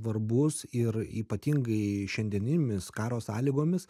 svarbus ir ypatingai šiandieninėmis karo sąlygomis